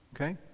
Okay